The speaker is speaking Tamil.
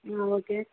ஆ ஓகே